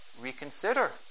reconsider